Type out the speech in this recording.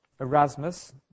Erasmus